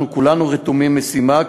אנחנו כולנו רתומים למשימה,